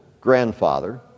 grandfather